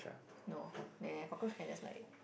no neh cockroach can just like